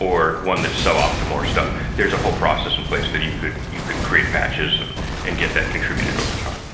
or one that's sub-off to more stuff, there's a whole process in place that you could you could create patches and and get that contributed over time